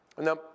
Now